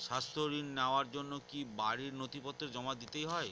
স্বাস্থ্য ঋণ নেওয়ার জন্য কি বাড়ীর নথিপত্র জমা দিতেই হয়?